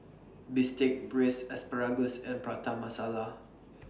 Bistake Braised Asparagus and Prata Masala